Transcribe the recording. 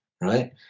right